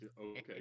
Okay